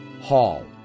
Hall